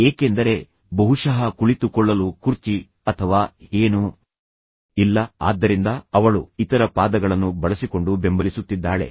ಏಕೆಂದರೆ ಬಹುಶಃ ಕುಳಿತುಕೊಳ್ಳಲು ಕುರ್ಚಿ ಅಥವಾ ಏನೂ ಇಲ್ಲ ಆದ್ದರಿಂದ ಅವಳು ಇತರ ಪಾದಗಳನ್ನು ಬಳಸಿಕೊಂಡು ಬೆಂಬಲಿಸುತ್ತಿದ್ದಾಳೆ